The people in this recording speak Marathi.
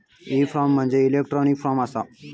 ई कॉमर्स म्हणजे इलेक्ट्रॉनिक कॉमर्स असा